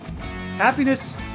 Happiness